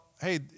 Hey